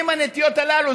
עם הנטיות הללו.